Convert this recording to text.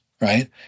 right